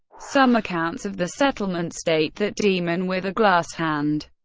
some accounts of the settlement state that demon with a glass hand,